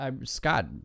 scott